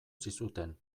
zizuten